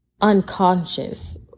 unconscious